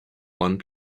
one